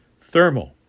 Thermal